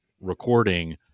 recording